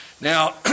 Now